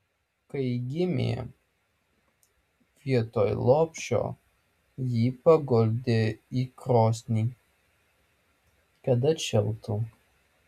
kai gimė vietoj lopšio jį paguldė į krosnį kad atšiltų